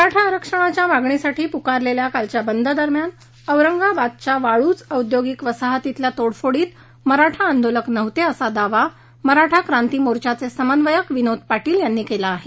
मराठा आरक्षणाच्या मागणीसाठी पुकारलेल्या कालच्या बंद दरम्यान औरंगाबादच्या वाळूज औद्योगिक वसाहतीतल्या तोडफोडीत मराठा आंदोलक नव्हते असा दावा मराठा क्रांती मोर्चाचे समन्वयक विनोद पाटील यांनी केला आहे